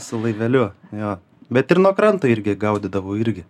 su laiveliu jo bet ir nuo kranto irgi gaudydavau irgi